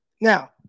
Now